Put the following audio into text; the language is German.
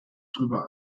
darüber